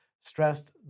stressed